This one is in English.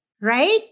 right